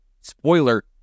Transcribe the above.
spoiler